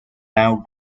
now